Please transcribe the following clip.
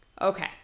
Okay